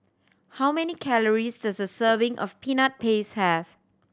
how many calories does a serving of Peanut Paste have